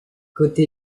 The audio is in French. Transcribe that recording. côté